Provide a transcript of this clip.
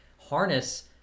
harness